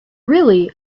really